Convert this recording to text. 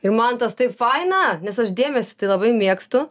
ir man tas taip faina nes aš dėmesį tai labai mėgstu